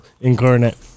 incarnate